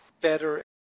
better